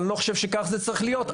אבל אני לא חושב שכך צריך להיות,